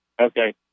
Okay